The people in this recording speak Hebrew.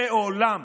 מעולם